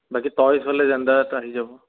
বাকী টইজ হ'লে জেণ্ডাৰত আহি যাব